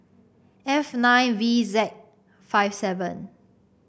F nine V Z five seven